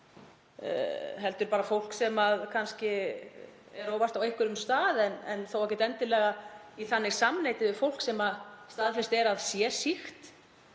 heldur bara fólk sem kannski er óvart á einhverjum stað en þó ekkert endilega í þannig samneyti við fólk sem staðfest er að sé sýkt.